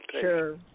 Sure